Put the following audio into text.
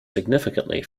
significantly